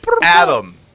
Adam